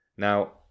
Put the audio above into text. Now